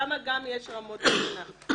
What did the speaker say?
שם גם יש רמות קרינה,